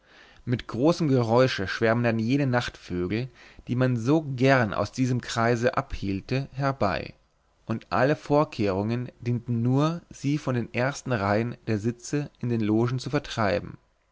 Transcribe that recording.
mit großem geräusche schwärmen dann jene nachtvögel die man so gern aus diesem kreise abhielte herbei und alle vorkehrungen dienten nur sie von den ersten reihen der sitze in den logen zu vertreiben